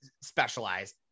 specialized